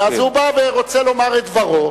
אז הוא בא ורוצה לומר את דברו,